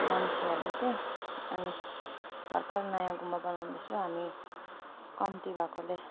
मान्छेहरले चाहिँ अनि भर्खर नयाँ गुम्बा बनाउँदै छ अनि कम्ती भएकोले